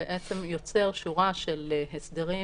בעצם יוצר שורה של הסדרים,